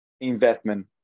investment